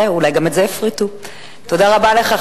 אומרים שלא קם.